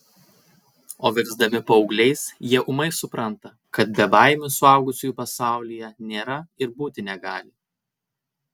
o virsdami paaugliais jie ūmai supranta kad bebaimių suaugusiųjų pasaulyje nėra ir būti negali